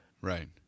Right